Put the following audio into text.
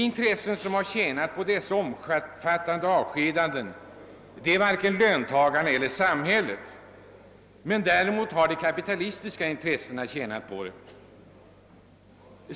Varken löntagarna eller samhället har tjänat på dessa avskedanden, men de kapitalistiska intressena har gjort det.